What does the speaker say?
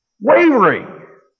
Wavering